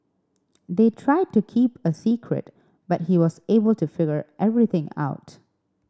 they tried to keep a secret but he was able to figure everything out